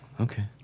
Okay